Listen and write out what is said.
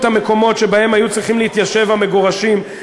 המקומות שבהם היו צריכים להתיישב המגורשים,